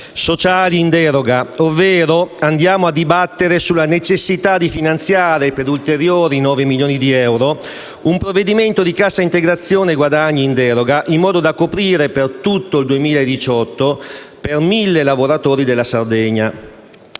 sociali in deroga, ovvero andiamo a dibattere sulla necessità di finanziare, per ulteriori 9 milioni di euro, un provvedimento di cassa integrazione guadagni in deroga, in modo da coprire tutto il 2018 per 1.000 lavoratori della Sardegna.